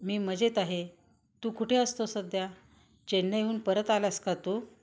मी मजेत आहे तू कुठे असतो सध्या चेन्नईहून परत आलास का तू